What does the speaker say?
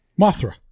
Mothra